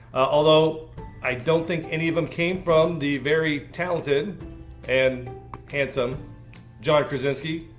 although i don't think any of them came from the very talented and handsome john krasinski.